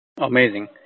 Amazing